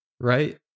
right